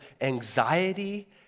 anxiety